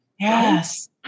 Yes